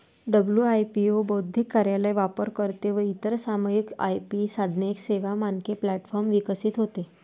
WIPO बौद्धिक कार्यालय, वापरकर्ते व इतर सामायिक आय.पी साधने, सेवा, मानके प्लॅटफॉर्म विकसित होते